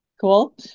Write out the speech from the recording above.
Cool